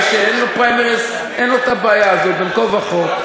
מי שאין לו פריימריז אין לו בעיה כזאת בין כה וכה.